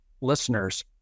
listeners